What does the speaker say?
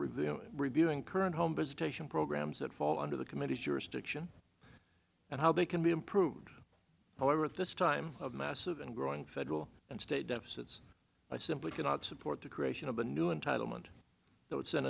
reviewing reviewing current home visitation programs that fall under the committee's jurisdiction and how they can be improved however at this time of massive and growing federal and state deficits i simply cannot support the creation of a new entitlement that would send